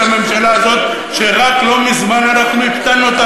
הממשלה הזאת שרק לא מזמן אנחנו הקטנו אותה,